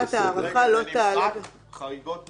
בצדק הם אומרים: כך היו לנו עשר שנים,